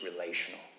relational